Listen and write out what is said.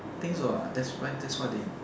I think so ah that's what that what they